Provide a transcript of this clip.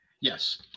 Yes